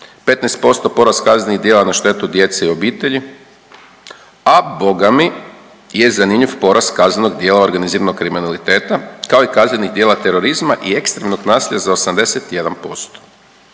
15% porast kaznenih djela na štetu djece i obitelji, a Boga mi, je zanimljiv porast kaznenog djela organiziranog kriminaliteta, kao i kaznenih djela terorizma i ekstremnog nasilja za 81%.